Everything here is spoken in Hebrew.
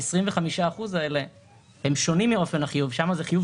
ה-25% האלה שונים מאופן החיוב שם זה חיוב